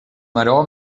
maror